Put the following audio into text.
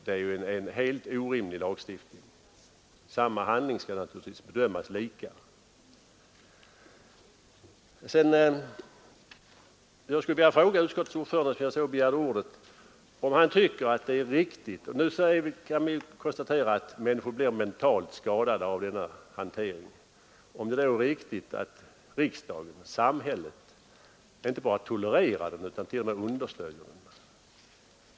Det är ju en helt orimlig lagstiftning. Samma handling skall naturligtvis bemötas lika. Vidare skulle jag vilja ställa en fråga till utskottets ordförande, som, efter vad jag såg, nyss begärde ordet. Vi kan konstatera att människor blir mentalt skadade av att boxas. Är det då riktigt att samhället och riksdagen inte bara tolererar detta utan t.o.m. understödjer det?